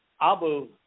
Abu